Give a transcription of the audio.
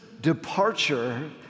departure